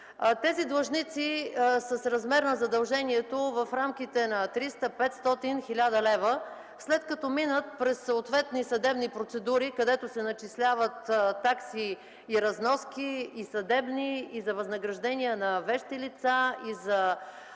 Тези длъжници са с размер на задълженията в рамките на 300-500-1000 лв. След като минат през съответни съдебни процедури, където се начисляват такси и разноски – съдебни, за възнаграждения на вещи лица, за